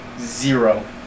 Zero